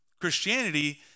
Christianity